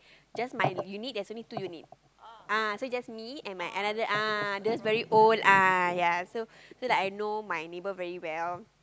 just my unit there are also two units ah so just me and my other ah just very old ah ya so so I know my neighbor very well